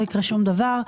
לא יקרה שום דבר.